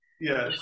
Yes